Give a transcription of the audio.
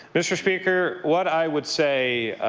mr. speaker, what i would say